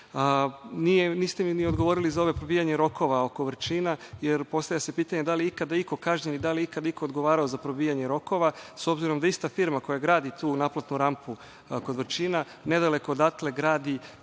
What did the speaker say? zakon. Niste mi odgovorili za ovo probijanje rokova oko Vrčina, jer postavlja se pitanje da li je ikada iko kažnjen i da li je ikada iko odgovarao za probijanje rokova, s obzirom da ista firma koja gradi tu naplatnu rampu kod Vrčina, nedaleko odatle gradi